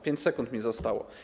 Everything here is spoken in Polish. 5 sekund mi zostało.